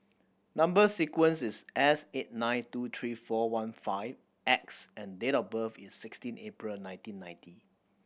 number sequence is S eight nine two three four one five X and date of birth is sixteen April nineteen ninety